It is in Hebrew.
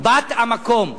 בת המקום,